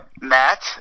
Matt